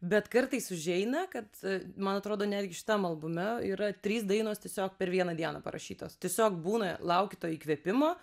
bet kartais užeina kad man atrodo netgi šitam albume yra trys dainos tiesiog per vieną dieną parašytos tiesiog būna lauki to įkvėpimo